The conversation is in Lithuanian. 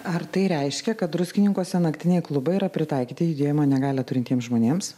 ar tai reiškia kad druskininkuose naktiniai klubai yra pritaikyti judėjimo negalią turintiems žmonėms